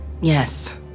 Yes